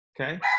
Okay